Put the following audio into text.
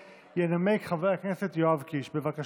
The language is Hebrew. חבר הכנסת קריב, לא להפריע.